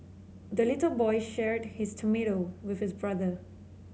the little boy shared his tomato with his brother